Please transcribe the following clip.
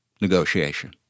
negotiation